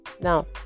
Now